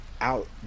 out